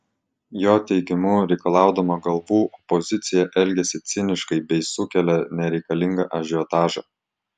jo teigimu reikalaudama galvų opozicija elgiasi ciniškai bei sukelia nereikalingą ažiotažą